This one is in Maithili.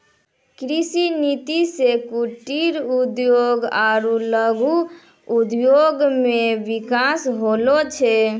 कृषि नीति से कुटिर उद्योग आरु लघु उद्योग मे बिकास होलो छै